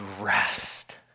rest